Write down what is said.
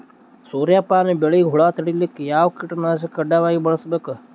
ಸೂರ್ಯಪಾನ ಬೆಳಿಗ ಹುಳ ತಡಿಲಿಕ ಯಾವ ಕೀಟನಾಶಕ ಕಡ್ಡಾಯವಾಗಿ ಬಳಸಬೇಕು?